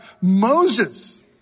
Moses